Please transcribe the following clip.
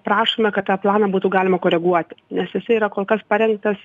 prašome kad tą planą būtų galima koreguoti nes jiai yra kol kas parengtas